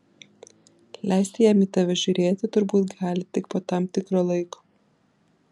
leisti jam į tave žiūrėti turbūt gali tik po tam tikro laiko